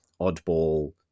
Oddball